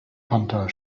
panther